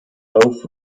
both